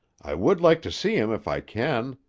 i would like to see him if i can.